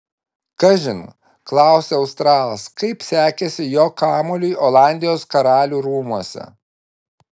kažin klausia australas kaip sekėsi jo kamuoliui olandijos karalių rūmuose